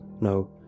No